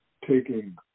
taking